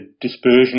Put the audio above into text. dispersion